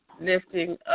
lifting